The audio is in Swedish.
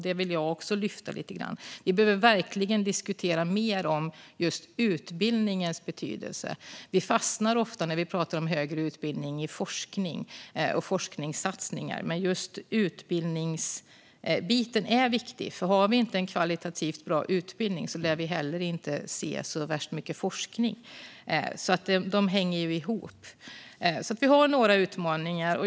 Jag vill också lyfta fram detta lite grann. Vi behöver verkligen diskutera utbildningens betydelse mer. När vi pratar om högre utbildning fastnar vi ofta i forskning och forskningssatsningar, men just utbildningsbiten är viktig. Om vi inte har en kvalitativt bra utbildning lär vi heller inte se så värst mycket forskning. De hänger ihop. Vi har några utmaningar.